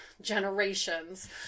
generations